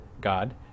God